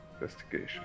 Investigation